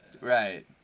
right